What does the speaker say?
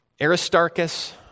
Aristarchus